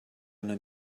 una